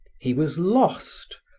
he was lost,